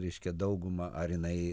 reiškia daugumą ar jinai